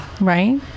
Right